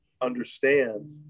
understand